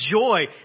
joy